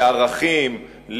לערכים,